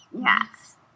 Yes